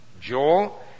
Joel